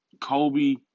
Kobe